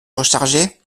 recharger